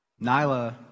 Nyla